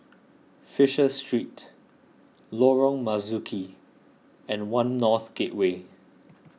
Fisher Street Lorong Marzuki and one North Gateway